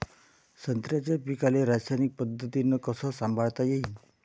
संत्र्याच्या पीकाले रासायनिक पद्धतीनं कस संभाळता येईन?